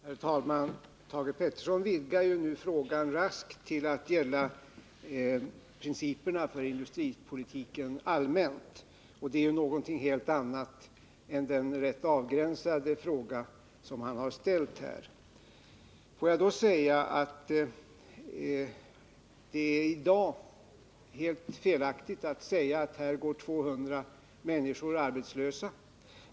Herr talman! Thage Peterson vidgar raskt frågan till att gälla de allmänna principerna för industripolitiken, och det är något helt annat än den avgränsade fråga han ställt. I dag är det helt felaktigt att säga att 200 människor går arbetslösa på den här platsen.